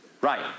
right